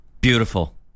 beautiful